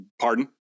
pardon